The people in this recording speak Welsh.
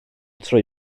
trwy